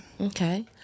Okay